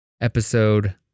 episode